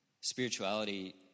Spirituality